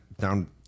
down